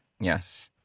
Yes